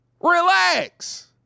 Relax